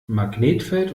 magnetfeld